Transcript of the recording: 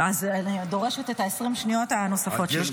אז אני דורשת את 20 השניות הנוספות שלי.